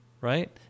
right